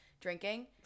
drinking